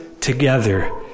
together